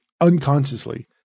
unconsciously